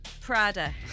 Prada